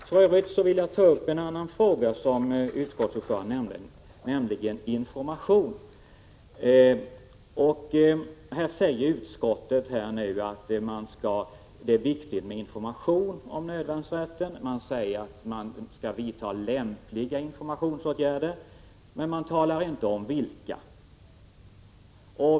För övrigt vill jag ta upp en annan fråga som utskottets ordförande nämnde, nämligen information. Utskottet säger att det är viktigt med information om nödvärnsrätten och att lämpliga informationsåtgärder bör vidtas, men man talar inte om vilka.